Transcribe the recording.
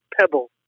pebble